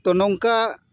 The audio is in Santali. ᱛᱚ ᱱᱚᱝᱠᱟ